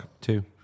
Two